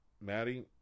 Maddie